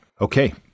okay